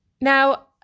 Now